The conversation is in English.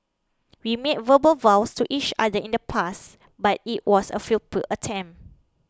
we made verbal vows to each other in the past but it was a futile attempt